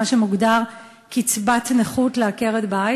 מה שמוגדר קצבת נכות לעקרת-בית,